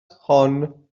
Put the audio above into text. hon